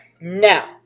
Now